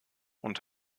und